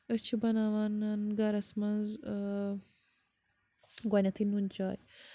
أسۍ چھِ بَناوان نَن گَرَس منٛز گۄڈٕنٮ۪تھٕے نُن چاے